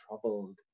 troubled